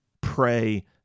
pray